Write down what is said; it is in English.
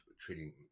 treating